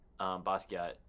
Basquiat